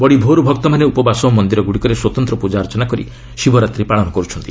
ବଡ଼ି ଭୋରୁ ଭକ୍ତମାନେ ଉପବାସ ଓ ମନ୍ଦିରଗୁଡ଼ିକରେ ସ୍ୱତନ୍ତ୍ର ପୂଜାର୍ଚ୍ଚନା କରି ଶିବରାତ୍ରୀ ପାଳନ କରୁଛନ୍ତି